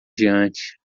diante